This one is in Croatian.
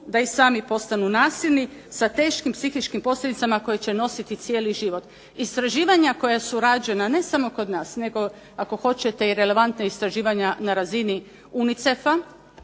da sami postanu nasilni sa teškim psihičkim posljedicama koje će nositi cijeli život. Istraživanja koja su rađena ne samo kod nas, ako hoćete relevantna istraživanja na razini UNICEF-a